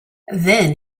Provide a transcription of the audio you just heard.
then